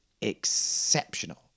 exceptional